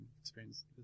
experience